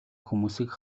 хүмүүсийг